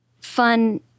fun